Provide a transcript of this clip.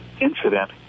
incident